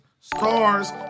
Stars